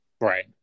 Right